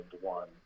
one